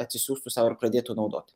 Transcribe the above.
atsisiųstų sau ir pradėtų naudoti